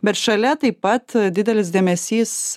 bet šalia taip pat didelis dėmesys